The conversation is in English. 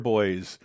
Boys